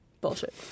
Bullshit